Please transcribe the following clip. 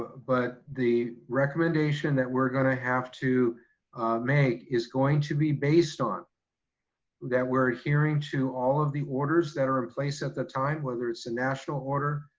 but the recommendation that we're going to have to make is going to be based on that we're adhering to all of the orders that are in place at the time, whether it's a national order,